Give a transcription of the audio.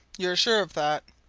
you're sure of that?